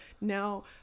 now